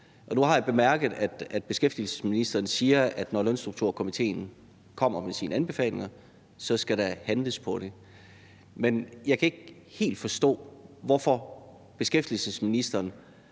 Nu har jeg bemærket, at beskæftigelsesministeren siger, at når Lønstrukturkomitéen kommer med sine anbefalinger, skal der handles på det. Men jeg kan ikke helt forstå, hvorfor beskæftigelsesministeren